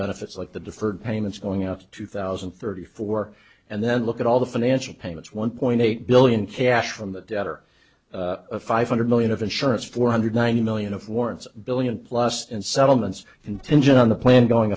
benefits like the deferred payments going out two thousand and thirty four and then look at all the financial payments one point eight billion cash from the debtor five hundred million of insurance four hundred ninety million of warrants billion plus and settlements contingent on the plan going